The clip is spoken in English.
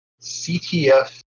CTF